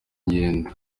ngenda